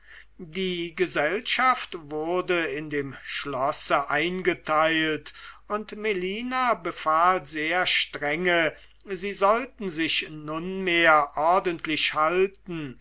die gesellschaft wurde in dem schlosse eingeteilt und melina befahl sehr strenge sie sollten sich nunmehr ordentlich halten